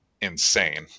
insane